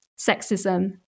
sexism